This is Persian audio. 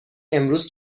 امروز